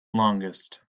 longest